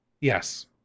Yes